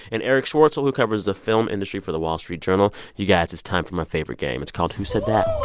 and erich schwartzel, who covers the film industry for the wall street journal. you guys, it's time from my favorite game. it's called who said that